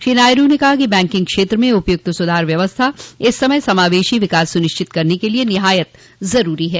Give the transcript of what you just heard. श्री नायडू न कहा कि बैंकिंग क्षेत्र में उपयुक्त सुधार व्यवस्था इस समय समावेशी विकास सुनिश्चित करने के लिए निहायत जरूरी है